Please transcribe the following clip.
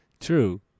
True